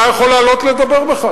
אם היושב-ראש, אתה יכול לעלות לדבר בכלל.